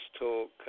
talk